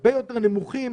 הרבה יותר נמוכים